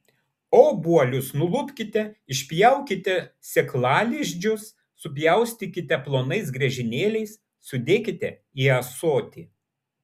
obuolius nulupkite išpjaukite sėklalizdžius supjaustykite plonais griežinėliais sudėkite į ąsotį